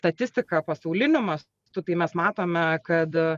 statistiką pasauliniu mastu tai mes matome kad